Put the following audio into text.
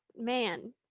man